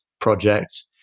project